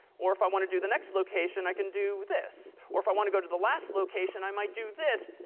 or if i want to do the next location, i can do this. or if i want to go to the last location, i might do this,